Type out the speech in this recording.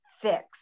fix